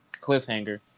cliffhanger